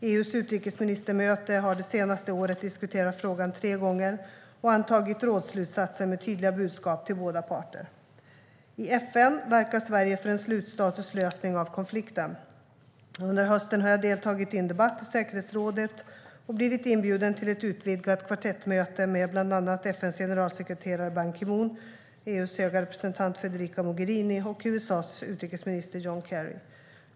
EU:s utrikesministermöte har det senaste året diskuterat frågan tre gånger och antagit rådsslutsatser med tydliga budskap till båda parter. I FN verkar Sverige för en slutstatuslösning av konflikten. Under hösten har jag deltagit i en debatt i säkerhetsrådet och blivit inbjuden till ett utvidgat kvartettmöte med bland andra FN:s generalsekreterare Ban Ki Moon, EU:s höga representant Federica Mogherini och USA:s utrikesminister John Kerry.